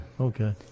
Okay